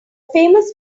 famous